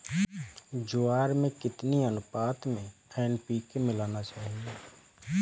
ज्वार में कितनी अनुपात में एन.पी.के मिलाना चाहिए?